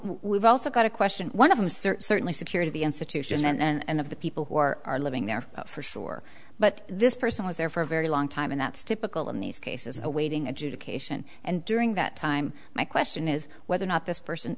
we've also got a question one of them certainly security the institution and of the people who are living there for sure but this person was there for a very long time and that's typical in these cases awaiting adjudication and during that time my question is whether or not this person